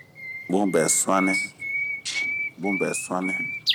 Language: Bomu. Bun bɛ suani, bun bɛ suani